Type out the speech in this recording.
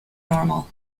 normal